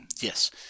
Yes